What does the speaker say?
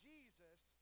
Jesus